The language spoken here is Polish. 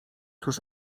tuż